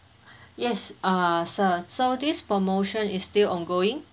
yes err sir so this promotion is still ongoing